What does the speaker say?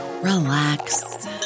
relax